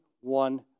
one